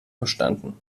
verstanden